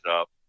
up